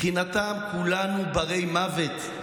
מבחינתם כולנו בני מוות.